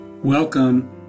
Welcome